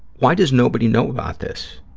why does nobody know about this?